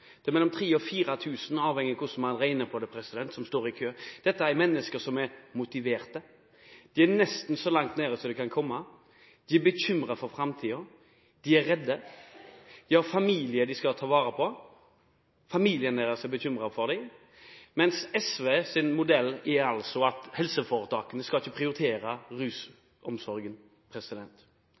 Det er mellom 3 000 og 4 000 avhengige – alt etter hvordan man regner – som står i kø. Dette er mennesker som er motiverte, de er nesten så langt nede som man kan komme, de er bekymret for framtiden, de er redde, de har familie de skal vare på, og deres familier er bekymret for dem. Men SVs modell er altså at helseforetakene ikke skal prioritere rusomsorgen.